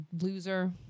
loser